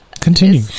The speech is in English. Continue